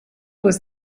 was